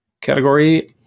category